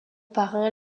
parrain